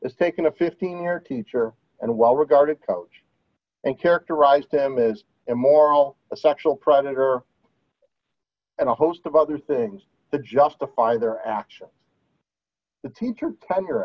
is taken a fifteen year teacher and well regarded coach and characterized them as immoral d a sexual predator and a host of other things to justify their actions the teacher tenure